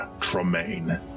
Tremaine